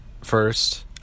first